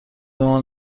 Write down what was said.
مهمان